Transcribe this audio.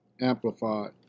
Amplified